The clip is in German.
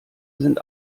sind